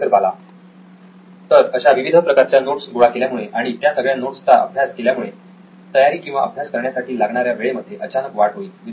professor Bala तर अशा विविध प्रकारच्या नोट्स गोळा केल्यामुळे आणि त्या सगळ्या नोट्स चा अभ्यास केल्यामुळे तयारी किंवा अभ्यास करण्यासाठी लागणाऱ्या वेळेमध्ये अचानक वाढ होईल